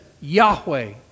Yahweh